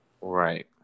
right